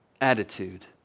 attitude